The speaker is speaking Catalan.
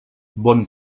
bon